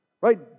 Right